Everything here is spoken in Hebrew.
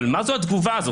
אבל מה זו התגובה הזו?